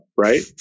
right